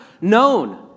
known